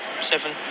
seven